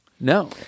No